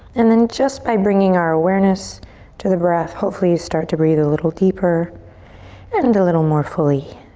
and then just by bringing our awareness to the breath, hopefully you start to breathe a little deeper and a little more fully.